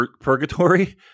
purgatory